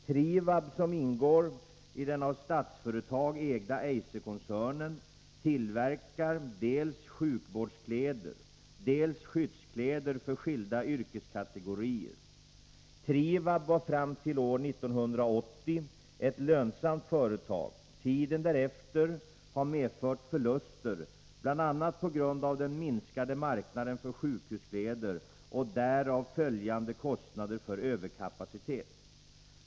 Trivab, som ingår i den av Statsföretag ägda Eiserkoncernen, tillverkar dels sjukvårdskläder, dels skyddskläder för skilda yrkeskategorier. Trivab var fram till år 1980 ett lönsamt företag. Tiden därefter har medfört förluster, bl.a. på grund av den minskade marknaden för sjukhuskläder och därav följande kostnader för överkapacitet.